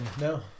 no